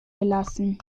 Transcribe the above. gelassen